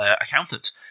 accountant